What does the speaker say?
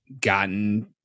gotten